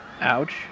Ouch